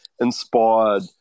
inspired